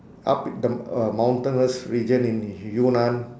up the uh mountainous region in yunnan